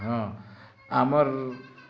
ହଁ ଆମର